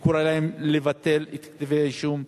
אני קורא להם לבטל את כתבי-האישום,